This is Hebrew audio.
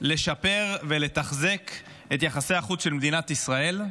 לשפר ולתחזק את יחסי החוץ של מדינת ישראל.